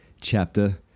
chapter